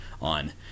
on